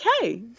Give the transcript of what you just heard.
okay